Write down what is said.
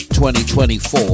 2024